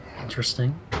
Interesting